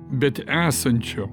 bet esančio